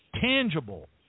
tangible